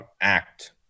act